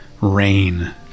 rain